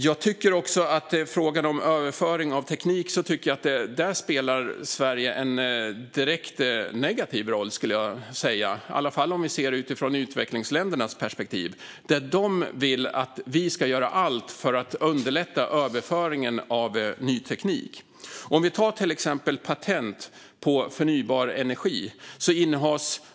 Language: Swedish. Jag tycker också att Sverige i frågan om överföring av teknik spelar en direkt negativ roll, i alla fall om vi ser det från utvecklingsländernas perspektiv. De vill att vi ska göra allt för att underlätta överföring av ny teknik. Vi kan ta patent på förnybar energi som exempel.